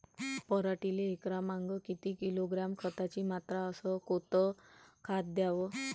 पराटीले एकरामागं किती किलोग्रॅम खताची मात्रा अस कोतं खात द्याव?